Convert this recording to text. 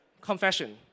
confession